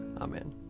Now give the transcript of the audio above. Amen